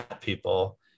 people